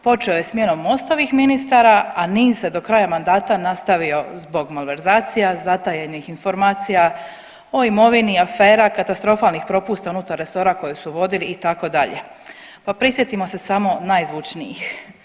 Počeo je smjenom Mostovih ministara, a niz se do kraja mandata nastavio zbog malverzacija, zatajenih informacija o imovini afera, katastrofalnih propusta unutar resora kojeg su vodili itd., pa prisjetimo se samo najzvučnijih.